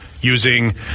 using